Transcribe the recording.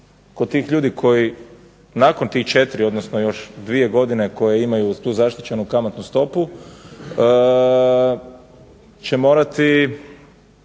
kod tih ljudi koji nakon tih 4 odnosno još 2 godine koju imaju uz tu zaštićenu kamatnu stopu će morati